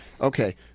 okay